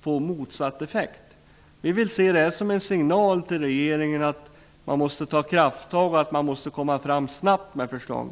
få motsatt effekt. Vi vill se det här som en signal till regeringen om att man måste ta krafttag och snabbt lägga fram förslag.